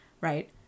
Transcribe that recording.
Right